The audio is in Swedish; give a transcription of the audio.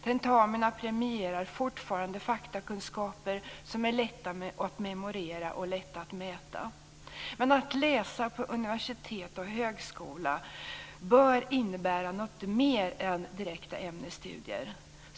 Tentamina premierar fortfarande faktakunskaper som är lätta att memorera och lätta att mäta. Att läsa på universitet och högskola bör innebära något mer än direkta ämnesstudier.